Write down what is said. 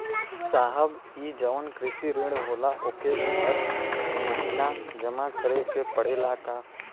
साहब ई जवन कृषि ऋण होला ओके हर महिना जमा करे के पणेला का?